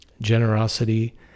generosity